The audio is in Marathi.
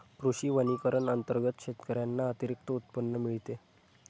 कृषी वनीकरण अंतर्गत शेतकऱ्यांना अतिरिक्त उत्पन्न मिळते